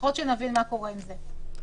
לפחות שנבין מה קורה עם זה.